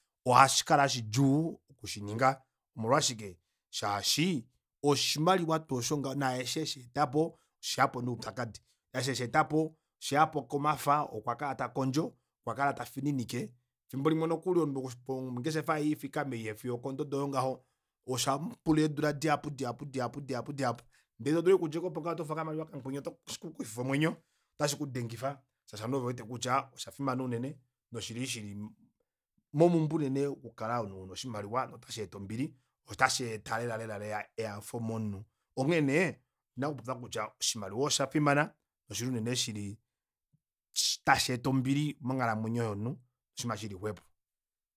Ohashikala shidjuu okushininga omolwashike shaashi oshimaliwa tuu osho ngaho naye eshi esheetapo osheyapo noupyakadi eshi esheetapo osheyapo komafa okwa kala takondjo okwa kala tafininike efimbo limwe nokuli omunhu opo ongeshefa yaye ifikame iye fiyo okododo oyo ngaho oshe mupula eedula dihapu dihapu dihapu ndee todulu aike okudja aapo ngaho tokufa okamaliwa kamukweni ota shikukufifa omwenyo ota shikudengifa shaashi ovanhu ovewete kutya osha fimana unene noshili shili momumbwe unene okukala omunhu una oshimaliwa notasheeta ombili ota sheeta lela lela ehafo momunhu onghee nee ondina okupopya kutya oshimaliwa osha fimana noshili unene shili tasheeta ombili monghalamwenyo yomunhu oshinima shili xwepo